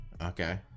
Okay